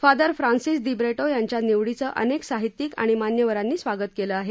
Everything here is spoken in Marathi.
फादर फ्रान्सिस दिब्रिटो यांच्या निवडीचं अनेक साहित्यिक आणि मान्यवरांनी स्वागत केलं आहे